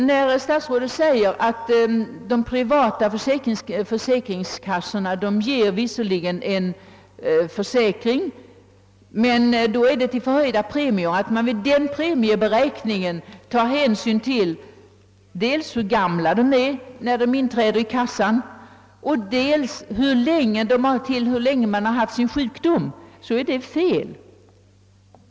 När statsrådet säger att de privata försäkringskassorna visserligen tecknar försäkring men då till förhöjda premier varvid man tar hänsyn till dels hur gamla de är vid inträdet i försäkringen, dels hur länge de haft sin sjukdom, så är detta fel.